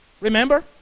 Remember